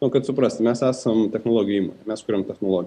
nu kad suprast mes esam technologijų įmonė mes kuriam technoligijas